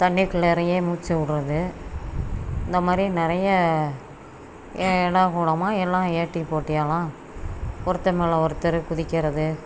தண்ணிக்குள்ளே இறங்கி மூச்சு விட்றது இந்த மாதிரி நிறைய ஏடா கூடமாக எல்லாம் ஏட்டிக்குப் போட்டியாயெல்லாம் ஒருத்தர் மேலே ஒருத்தர் குதிக்கிறது